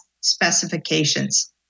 specifications